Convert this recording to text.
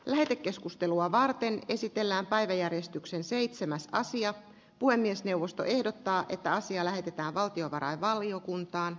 lähetekeskustelua varten esitellään päiväjärjestyksen seitsemäs sija puhemiesneuvosto ehdottaa että asia lähetetään valtiovarainvaliokuntaan